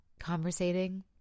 conversating